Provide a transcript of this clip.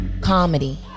comedy